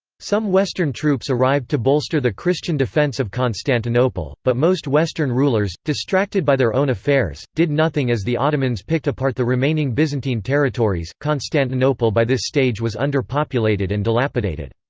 some western troops arrived to bolster the christian defence of constantinople, but most western rulers, distracted by their own affairs, did nothing as the ottomans picked apart the remaining byzantine territories constantinople by this stage was underpopulated and dilapidated.